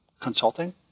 consulting